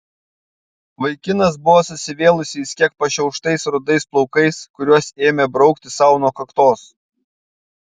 vaikinas buvo susivėlusiais kiek pašiauštais rudais plaukais kuriuos ėmė braukti sau nuo kaktos